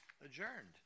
Adjourned